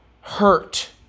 hurt